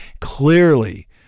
Clearly